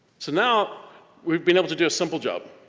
so now we've been able to do a simple job.